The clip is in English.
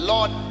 Lord